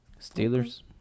Steelers